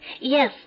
Yes